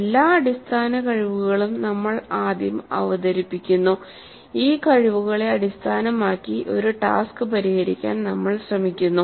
എല്ലാ അടിസ്ഥാന കഴിവുകളും നമ്മൾ ആദ്യം അവതരിപ്പിക്കുന്നു ഈ കഴിവുകളെ അടിസ്ഥാനമാക്കി ഒരു ടാസ്ക് പരിഹരിക്കാൻ നമ്മൾ ശ്രമിക്കുന്നു